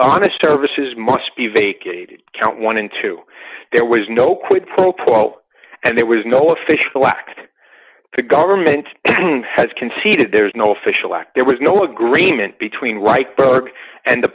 honest services must be vacated count one and two there was no quid pro quo and there was no official act the government has conceded there is no official act there was no agreement between right berg and the